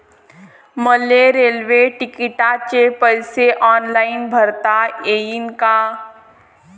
मले रेल्वे तिकिटाचे पैसे ऑनलाईन भरता येईन का?